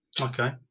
Okay